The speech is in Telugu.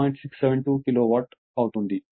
672 కిలోవాట్ అవుతుంది